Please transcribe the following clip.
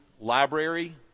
Library